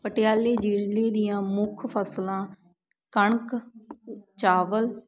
ਪਟਿਆਲੇ ਜ਼ਿਲ੍ਹੇ ਦੀਆਂ ਮੁੱਖ ਫਸਲਾਂ ਕਣਕ ਚਾਵਲ